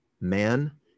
man